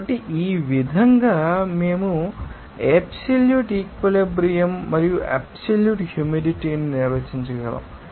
కాబట్టి ఈ విధంగా మేము అబ్సల్యూట్ ఈక్విలిబ్రియం ిని మరియు అబ్సల్యూట్ హ్యూమిడిటీ ను నిర్వచించగలము